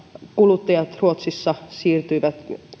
kuluttajat ruotsissa siirtyivät